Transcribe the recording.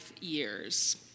years